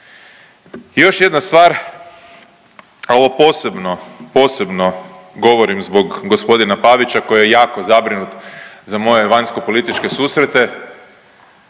I još jedna stvar, a ovo posebno, posebno govorim zbog g. Pavića koji je jako zabrinut za moje vanjskopolitičke susrete.